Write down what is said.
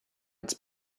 its